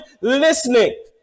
listening